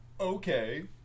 Okay